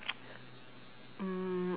mm